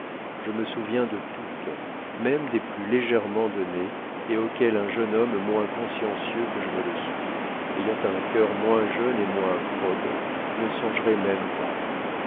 je me souviens de toutes même des plus légèrement données et auxquelles un jeune homme moins consciencieux que je ne le suis ayant un cœur moins jeune et moins probe ne songerait même pas